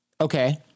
Okay